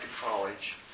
college